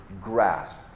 grasp